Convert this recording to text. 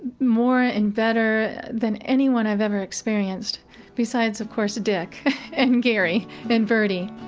more and better than anyone i've ever experienced besides, of course, dink and gary and birdie